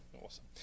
awesome